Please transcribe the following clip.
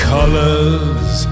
colors